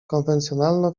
konwencjonalno